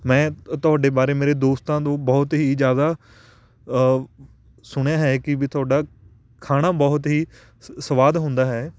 ਮੈਂ ਤੁਹਾਡੇ ਬਾਰੇ ਮੇਰੇ ਦੋਸਤਾਂ ਤੋਂ ਬਹੁਤ ਹੀ ਜ਼ਿਆਦਾ ਸੁਣਿਆ ਹੈ ਕਿ ਵੀ ਤੁਹਾਡਾ ਖਾਣਾ ਬਹੁਤ ਹੀ ਸ ਸਵਾਦ ਹੁੰਦਾ ਹੈ